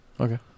Okay